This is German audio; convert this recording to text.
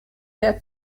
der